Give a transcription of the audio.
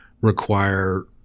require